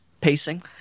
pacing